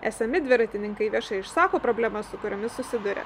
esami dviratininkai viešai išsako problemas su kuriomis susiduria